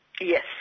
Yes